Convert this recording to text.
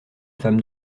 femme